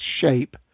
shape